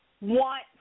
want